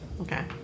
Okay